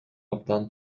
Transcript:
абдан